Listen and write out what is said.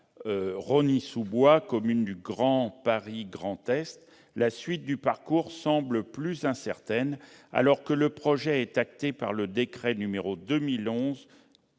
Rosny-sous-Bois, commune de Grand Paris Grand Est, a avancé, la suite du parcours semble plus incertaine, alors que ce projet est acté par le décret n° 2011-1011